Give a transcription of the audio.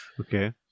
Okay